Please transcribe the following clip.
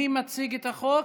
מי מציג את החוק?